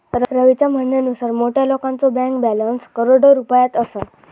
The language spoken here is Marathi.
रवीच्या म्हणण्यानुसार मोठ्या लोकांचो बँक बॅलन्स करोडो रुपयात असा